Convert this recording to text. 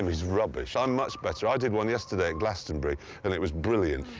he's rubbish. i'm much better. i did one yesterday at glastonbury and it was brilliant.